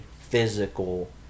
physical